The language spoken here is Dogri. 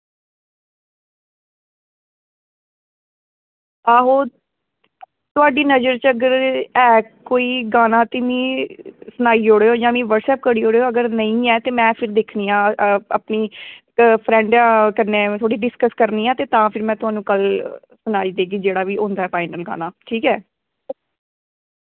ते आहो थुआढ़ी नज़र च अगर ऐ कोई गाना ते मिगी सनाई ओड़ेओ जां मिगी व्हाट्सएप करी ओड़ो ते अगर निं ऐ व्हाट्सएप ते तां में दिक्खनी आं ते फ्रैंड कन्नै थोह्ड़ी डिसकस करनी ऐ ते तां में थुहानू सनाई देगी जेह्ड़ा होंदा ऐ फाईनल गाना ठीक ऐ